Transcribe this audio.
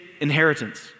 inheritance